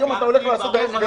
היום אתה הולך לעשות --- גפני,